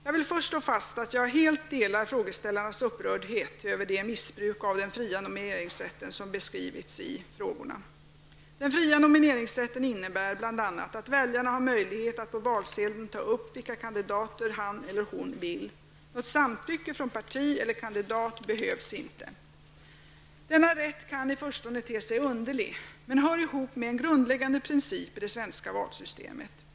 Jag vill först slå fast att jag helt delar frågeställarnas upprördhet över det missbruk av den fria nomineringsrätten som beskrivits i frågorna. Den fria nomineringsrätten innebär bl.a. att väljaren har möjlighet att på valsedeln ta upp vilka kandidater han eller hon vill. Något samtycke från parti eller kandidat behövs inte. Denna rätt kan i förstone te sig underlig men hör ihop med en grundläggande princip i det svenska valsystemet.